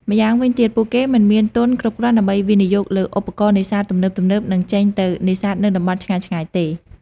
ម្យ៉ាងវិញទៀត ពួកគេមិនមានទុនគ្រប់គ្រាន់ដើម្បីវិនិយោគលើឧបករណ៍នេសាទទំនើបៗ និងចេញទៅនេសាទនៅតំបន់ឆ្ងាយៗទេ។